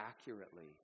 accurately